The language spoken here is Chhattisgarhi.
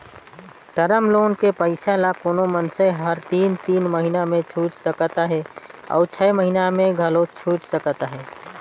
टर्म लोन के पइसा ल कोनो मइनसे हर तीन तीन महिना में छुइट सकत अहे अउ छै महिना में घलो छुइट सकत अहे